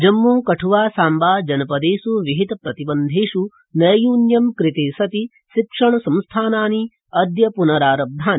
जम्मू कठ्आ साम्बा जनपदेष् विहित प्रतिबन्धेष् नैयून्यं कृते सति शिक्षणसंस्थानि पुनरारब्धानि